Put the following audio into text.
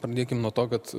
pradėkime nuo to kad